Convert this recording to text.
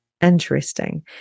Interesting